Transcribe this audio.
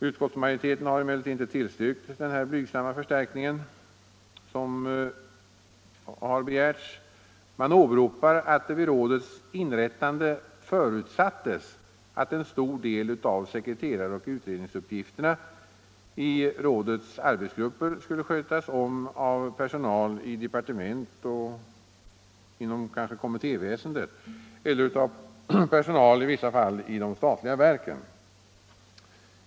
Utskottsmajoriteten har emellertid inte tillstyrkt den här blygsamma förstärkningen som har begärts. Man åberopar att det vid rådets inrättande förutsattes att en stor del av sekreteraroch utredningsuppgifterna i rådets arbetsgrupper skulle skötas av personal i departement eller kanske inom kommittéväsendet eller i vissa fall av personal i de statliga verken.